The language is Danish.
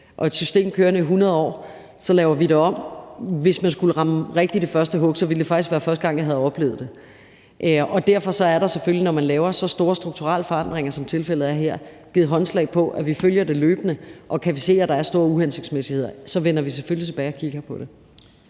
og et system kørende i hundrede år. Så laver vi det om, og hvis man skulle ramme rigtigt i første hug, ville det faktisk være første gang, jeg har oplevet det. Og derfor er der selvfølgelig, når man laver så store strukturelle forandringer, som tilfældet er her, givet håndslag på, at vi følger det løbende. Og kan vi se, at der er store uhensigtsmæssigheder, så vender vi selvfølgelig tilbage og kigger på det.